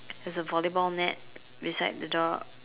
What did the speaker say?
there's a volleyball net beside the dog